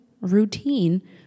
routine